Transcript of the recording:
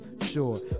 sure